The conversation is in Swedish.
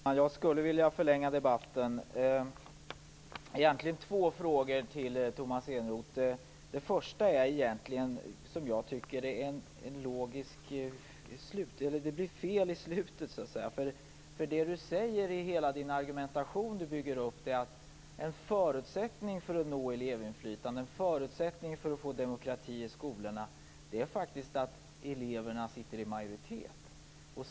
Herr talman! Jag skulle vilja förlänga debatten. Jag har egentligen saker att säga Tomas Eneroth. Det blir så att säga fel i slutändan för Tomas Eneroth. Det han säger i hela den argumentation han bygger upp är att en förutsättning för att få elevinflytande och demokrati i skolorna faktiskt är att eleverna sitter i majoritet.